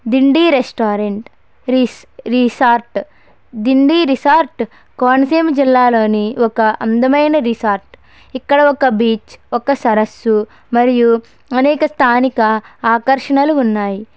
Dindi restaurant resort Dindi resort Konaseema జిల్లాలోని ఒక అందమైన రిసార్ట్ ఇక్కడ ఒక బీచ్ ఒక సరస్సు మరియు అనేక స్థానిక ఆకర్షణలు ఉన్నాయి